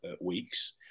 weeks